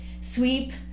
sweep